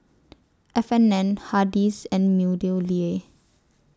F and N Hardy's and Meadowlea